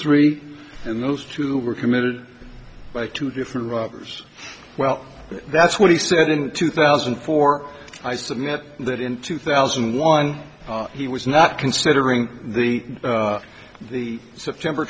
three and those two were committed by two different robbers well that's what he said in two thousand and four i submit that in two thousand and one he was not considering the september